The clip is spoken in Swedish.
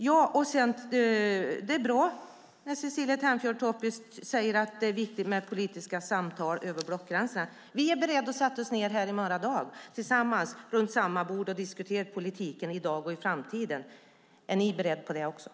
Det är bra att Cecilie Tenfjord-Toftby säger att det är viktigt med politiska samtal över blockgränserna. Vi är beredda att sätta oss ned tillsammans med er här i morgon runt samma bord och diskutera politiken i dag och i framtiden. Är ni också beredda till det?